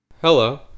Hello